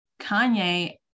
Kanye